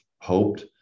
hoped